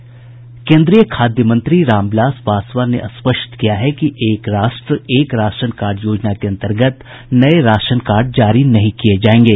केंद्रीय खाद्य मंत्री रामविलास पासवान ने स्पष्ट किया कि एक राष्ट्र एक राशन कार्ड योजना के अंतर्गत नए राशन कार्ड जारी नहीं किए जाएंगे